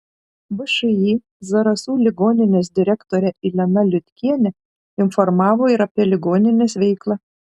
všį zarasų ligoninės direktorė irena liutkienė informavo ir apie ligoninės veiklą